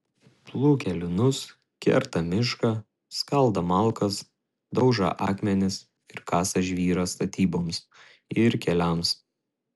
plūkią linus kertą mišką skaldą malkas daužą akmenis ir kasą žvyrą statyboms ir keliams